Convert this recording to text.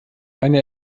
eine